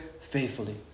faithfully